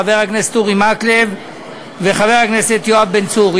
חבר הכנסת אורי מקלב וחבר הכנסת יואב בן צור.